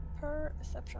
Perception